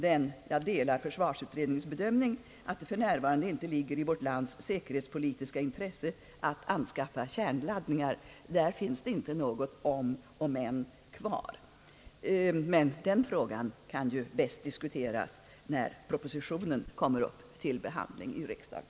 »Men jag delar försvarsutredningens uppfattning, att det för närvarande inte ligger i vårt lands säkerhetspolitiska intresse att anskaffa kärnladdningar» — där finns det inte något om eller men. Men den frågan bör ju lämpligen diskuteras när propositionen kommer upp till behandling i riksdagen.